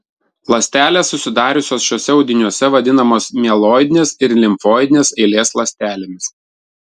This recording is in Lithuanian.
ląstelės susidariusios šiuose audiniuose vadinamos mieloidinės ir limfoidinės eilės ląstelėmis